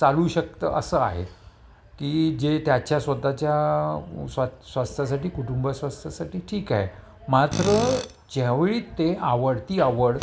चालू शकतं असं आहे की जे त्याच्या स्वताच्या स्वा स्वस्थासाठी कुटुंब स्वास्थासाठी ठीक आहे मात्र ज्यावेळी ते आवड ती आवड